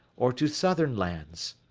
or to southern lands.